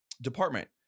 department